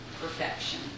perfection